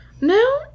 No